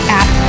app